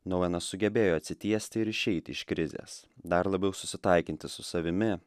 nouenas sugebėjo atsitiesti ir išeiti iš krizės dar labiau susitaikinti su savimi